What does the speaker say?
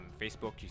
facebook